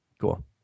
cool